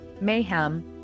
mayhem